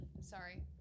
Sorry